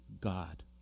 God